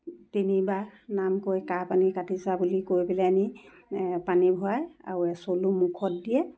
তিনিবাৰ নাম কৈ কাৰ পানী কাটিছা বুলি কৈ পেলানি পানী ভৰায় আৰু এচলু মুখত দিয়ে